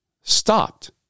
stopped